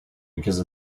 because